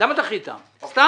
למה דחית, סתם?